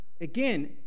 Again